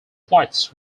flights